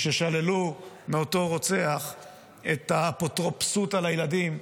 כששללו מאותו רוצח את האפוטרופסות על הילדים,